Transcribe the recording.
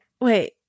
wait